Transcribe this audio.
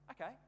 Okay